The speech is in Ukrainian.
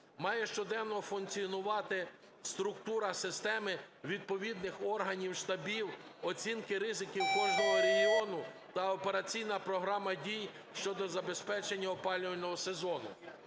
Має щоденно функціонувати структура системи відповідних органів і штабів оцінки ризиків кожного регіону та операційна програма дій щодо забезпечення опалювального сезону.